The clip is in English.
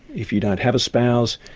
if you don't have a spouse,